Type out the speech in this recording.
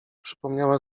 przypomniała